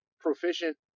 proficient